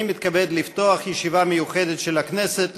ירושלים,